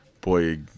boy